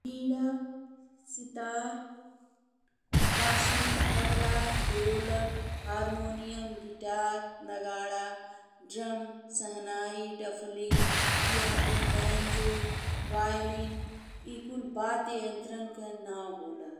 वीना स-सितार, बांसुरी, tabla, dholak, harmonium, guitar, नगाड़ा, drum, shehnai, डफली, पियानो, वैंजो, वायलिन ए कुल वाद्य यंत्रन के नाम होला।